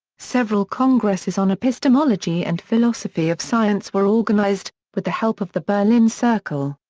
several congresses on epistemology and philosophy of science were organized, with the help of the berlin circle.